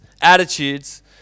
attitudes